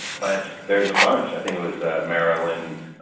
but there's a bunch. i think it was maryland,